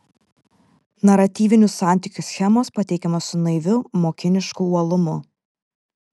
naratyvinių santykių schemos pateikiamos su naiviu mokinišku uolumu